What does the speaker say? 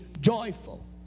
joyful